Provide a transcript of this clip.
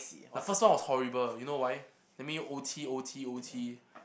the first one was horrible you know why they make me O_T O_T O_T